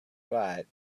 but